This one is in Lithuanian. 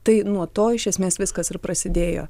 tai nuo to iš esmės viskas ir prasidėjo